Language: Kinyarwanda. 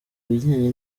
kubijyanye